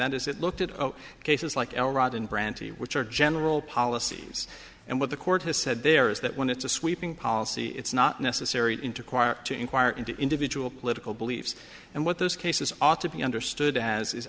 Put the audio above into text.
that is it looked at all cases like al right in brandy which are general policies and what the court has said there is that when it's a sweeping policy it's not necessary into quire to inquire into individual political beliefs and what those cases ought to be understood as